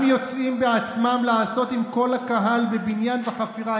יוצאין בעצמן לעשות עם כל הקהל בבניין וחפירה"